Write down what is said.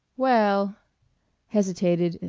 well hesitated,